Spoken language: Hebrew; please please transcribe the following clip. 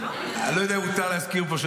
אני לא יודע אם מותר להזכיר פה,